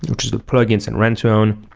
which is the plugins and rent-to-own.